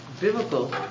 biblical